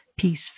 Peace